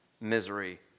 misery